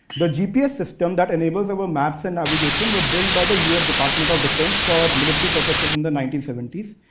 the gps system that enables our maps and navigation were built by the u s. department of defense for military purposes in the nineteen seventy.